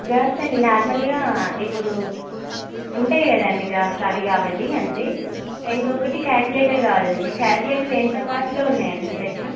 graphs అండి నార్మల్గా ఇప్పుడు ఉంటాయి కదండి గ్రాఫ్స్ అవి కావాలి అంతే ఇంకొకటి క్యాల్కులేటర్ కావాలండి క్యాల్కులేటర్ ఎంత కాస్ట్లో ఉన్నాయండి మీ దగ్గర